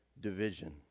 division